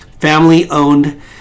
Family-owned